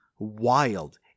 Wild